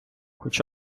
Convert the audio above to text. хоч